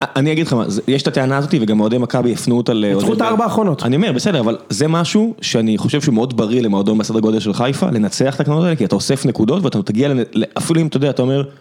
אני אגיד לך משהו, יש את הטענה הזאתי וגם אוהדי מכבי הפנו אותה ל... ניצחו את הארבע האחרונות. אני אומר, בסדר, אבל זה משהו שאני חושב שהוא מאוד בריא למועדון מסדר גודל של חיפה, לנצח את הקטנות האלה, כי אתה אוסף נקודות ואתה תגיע ל..אפילו אם, אתה יודע, אתה אומר...